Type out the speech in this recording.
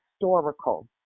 historical